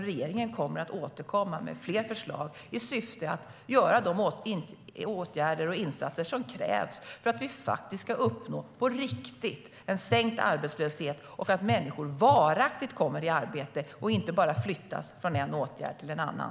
Regeringen kommer att återkomma med fler förslag i syfte att göra de åtgärder och insatser som krävs för att vi på riktigt ska uppnå en sänkt arbetslöshet och att människor varaktigt kommer i arbete och inte bara flyttas från en åtgärd till en annan.